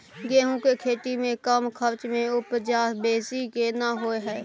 गेहूं के खेती में कम खर्च में उपजा बेसी केना होय है?